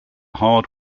hard